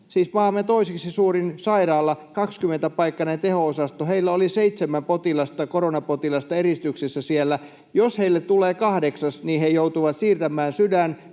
siis maamme toiseksi suurin sairaala, 20-paikkainen teho-osasto — seitsemän koronapotilasta eristyksissä. Jos heille tulee kahdeksas, niin he joutuvat siirtämään sydän‑,